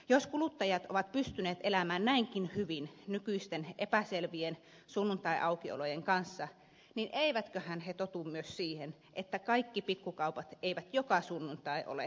jos kuluttajat ovat pystyneet elämään näinkin hyvin nykyisten epäselvien sunnuntaiaukiolojen kanssa niin eivätköhän he totu myös siihen että kaikki pikkukaupat eivät joka sunnuntai ole kauppakeskuksissakaan auki